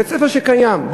בית-ספר שקיים,